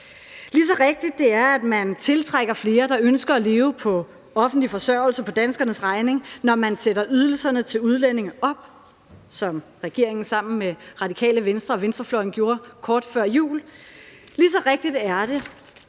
Lige så rigtigt det er, at man tiltrækker flere, der ønsker at leve på offentlig forsørgelse på danskernes regning, når man sætter ydelserne til udlændinge op, sådan som regeringen sammen med Radikale Venstre og venstrefløjen gjorde det kort før jul, lige så rigtigt er det,